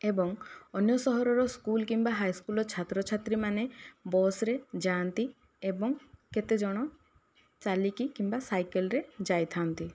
ଏବଂ ଅନ୍ୟ ସହରର ସ୍କୁଲ କିମ୍ବା ହାଇସ୍କୁଲର ଛାତ୍ରଛାତ୍ରୀ ମାନେ ବସ୍ରେ ଯାଆନ୍ତି ଏବଂ କେତେଜଣ ଚାଲିକି କିମ୍ବା ସାଇକେଲରେ ଯାଇଥାନ୍ତି